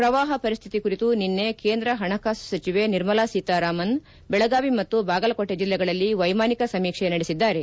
ಪ್ರವಾಹ ಪರಿಸ್ತಿತಿ ಕುರಿತು ನಿನ್ನೆ ಕೇಂದ್ರ ಹಣಕಾಸು ಸಚಿವೆ ನಿರ್ಮಲ ಸೀತಾರಾಮನ್ ಬೆಳಗಾವಿ ಮತ್ತು ಬಾಗಲಕೋಟೆ ಜಿಲ್ಲೆಗಳಲ್ಲಿ ವ್ಯೆಮಾಜಕ ಸಮೀಕ್ಷೆ ನಡೆಸಿದ್ದಾರೆ